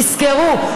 תזכרו,